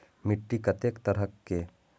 मिट्टी कतेक तरह के?